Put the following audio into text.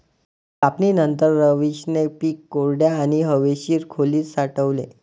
कापणीनंतर, रवीशने पीक कोरड्या आणि हवेशीर खोलीत साठवले